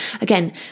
again